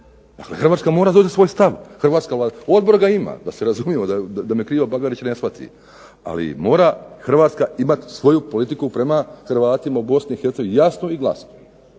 Dakle Hrvatska mora izraziti svoj stav, hrvatska Vlada. Odbor ga ima, da se razumijemo, da me krivo Bagarić ne shvati, ali mora Hrvatska imati svoju politiku prema Hrvatima u Bosni i Hercegovini, jasno i glasno.